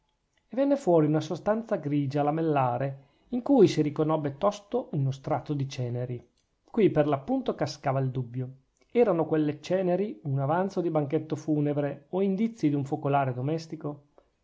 e venne fuori una sostanza grigia lamellare in cui si riconobbe tosto uno strato di ceneri qui per l'appunto cascava il dubbio erano quelle ceneri un avanzo di banchetto funebre o indizi d'un focolare domestico